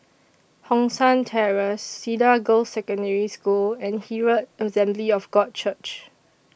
Hong San Terrace Cedar Girls' Secondary School and Herald Assembly of God Church